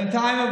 בינתיים.